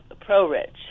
pro-rich